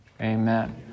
Amen